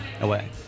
away